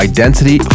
Identity